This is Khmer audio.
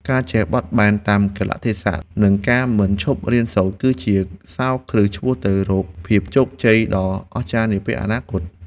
ការចេះបត់បែនតាមកាលៈទេសៈនិងការមិនឈប់រៀនសូត្រ គឺជាសោរគ្រឹះឆ្ពោះទៅរកភាពជោគជ័យដ៏អស្ចារ្យនាពេលអនាគត។